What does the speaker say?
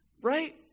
right